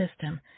system